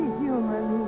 human